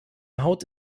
haut